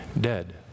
dead